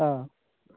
हां